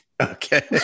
Okay